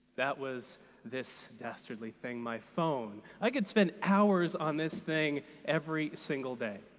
that was this dastardly thing my phone. i could spend hours on this thing every single day.